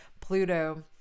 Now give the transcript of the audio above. Pluto